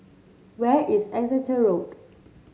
where is Exeter Road